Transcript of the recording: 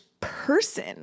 person